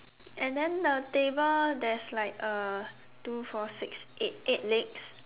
and then the table there is like uh two four six eight eight legs